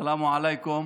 סלאם עליכום.